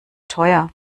teuer